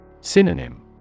Synonym